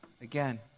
again